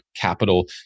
Capital